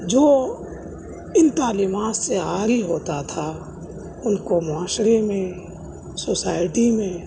جو ان تعلیمات سے عاری ہوتا تھا ان کو معاشرہ میں سوسائٹی میں